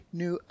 new